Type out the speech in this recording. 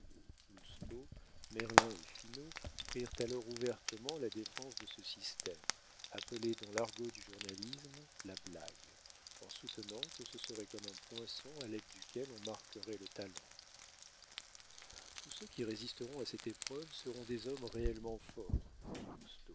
merlin et finot prirent alors ouvertement la défense de ce système appelé dans l'argot du journalisme la blague en soutenant que ce serait comme un poinçon à l'aide duquel on marquerait le talent tous ceux qui résisteront à cette épreuve seront des hommes réellement forts